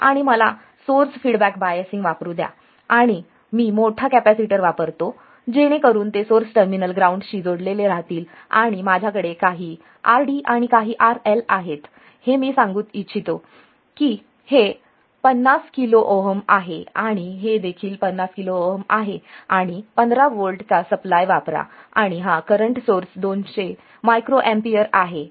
आणि मला source feedback biasing वापरू द्या आणि मी मोठा कॅपेसिटर वापरतो जेणेकरून ते सोर्स टर्मिनल ग्राउंडशी जोडलेले राहील आणि माझ्याकडे काही RD आणि काही RLआहेत हे मी सांगू इच्छितो की हे 50 kΩ आहे आणि हे देखील 50 kΩ आहे आणि 15 व्होल्टचा सप्लाय वापरा आणि हा करंट सोर्स 200 मायक्रोएमपियर आहे